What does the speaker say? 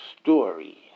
story